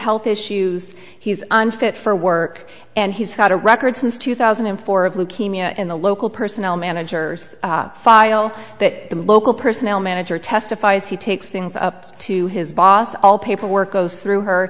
health issues he's unfit for work and he's had a record since two thousand and four of leukemia in the local personnel manager file that the local personnel manager testifies he takes things up to his boss all paperwork go through her